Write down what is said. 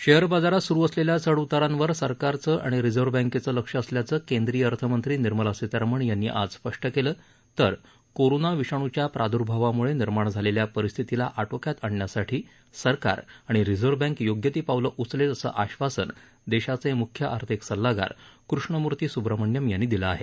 share बाजारात स्रू असलेल्या चढ उतारांवर सरकारचे आणि रिझर्व्ह बँकेचं लक्ष असल्याचं केंद्रीय अर्थमंत्री निर्मला सीतारामन यांनी आज स्पष्ट केलं तर कोरोना विषाणूच्या प्रादूर्भावामुळे निर्माण झालेल्या परिस्थितीला आटोक्यात आणण्यासाठी सरकार आणि रिझर्व्ह बँक योग्य ती पावलं उचलेल असं आश्वासन देशाचे म्ख्य आर्थिक सल्लागार कृष्णमूर्ती सुब्रमण्यम यांनी दिलं आहे